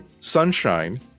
Sunshine